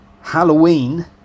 Halloween